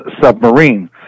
submarine